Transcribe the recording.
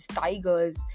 tigers